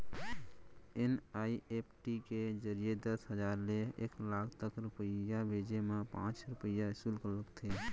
NEFT के जरिए दस हजार ले एक लाख तक रूपिया भेजे मा पॉंच रूपिया सुल्क लागथे